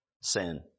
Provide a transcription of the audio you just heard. Sin